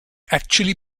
actually